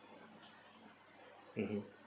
mmhmm